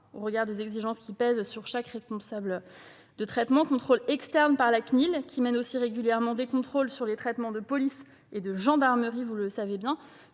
au regard des exigences qui pèsent sur chaque responsable de traitement ; contrôle externe par la CNIL, qui mène aussi régulièrement des contrôles sur les traitements de données de la police et de